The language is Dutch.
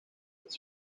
het